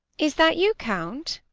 is that you, count?